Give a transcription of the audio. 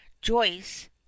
joyce